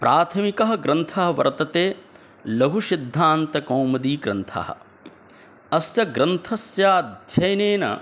प्राथमिकः ग्रन्थः वर्तते लघुसिद्धान्तकौमुदीग्रन्थः अस्य ग्रन्थस्य अध्ययनेन